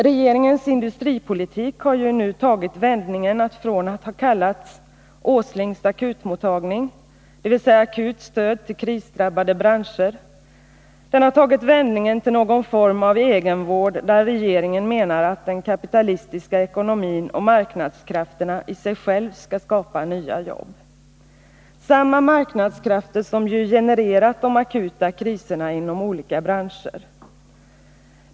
Regeringens industripolitik har ju nu från att ha kallats ”Åslings akutmottagning”, dvs. akut stöd till krisdrabbade branscher, utvecklats till någon form av egenvård där regeringen menar att den kapitalistiska ekonomin och marknadskrafterna i sig själva skall skapa nya jobb — samma marknadskrafter som ju genererat de akuta kriserna inom olika branscher.